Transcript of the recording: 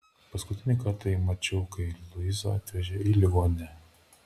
paskutinį kartą jį mačiau kai luizą atvežė į ligoninę